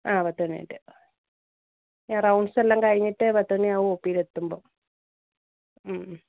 ആ പത്ത് മണി തൊട്ട് റൗണ്ട്സെല്ലാം കഴിഞ്ഞിട്ട് പത്ത് മണിയാവും ഒ പി യിലെത്തുമ്പം മ്മ് മ്മ്